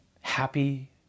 happy